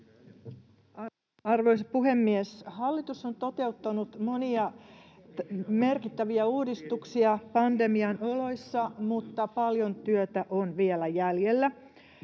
Arvoisa puhemies! Hallitus on toteuttanut monia merkittäviä uudistuksia pandemian oloissa, mutta paljon työtä on vielä jäljellä.